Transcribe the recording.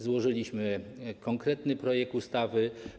Złożyliśmy konkretny projekt ustawy.